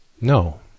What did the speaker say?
no